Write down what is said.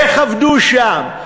איך עבדו שם?